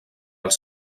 els